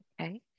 Okay